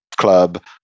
club